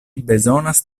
bezonas